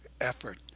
effort